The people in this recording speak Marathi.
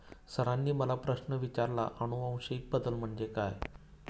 सरांनी मला प्रश्न विचारला आनुवंशिक बदल म्हणजे काय?